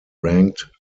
ranked